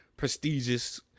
Prestigious